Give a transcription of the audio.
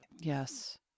Yes